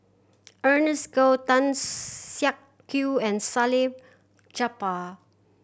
Ernest Goh Tan Siak Kew and Salleh Japar